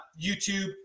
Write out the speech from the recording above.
YouTube